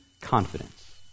confidence